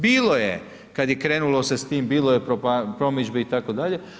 Bilo je kada je krenulo se s tim bilo je promidžbe itd.